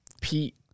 Pete